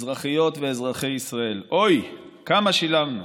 אזרחיות ואזרחי ישראל, אוי, כמה שילמנו.